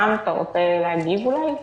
רם, אתה רוצה להגיב אולי?